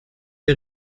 der